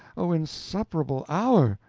oh, insupportable hour!